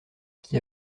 qui